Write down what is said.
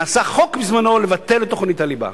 נעשה חוק בזמנו לבטל את תוכניות הליבה.